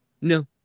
No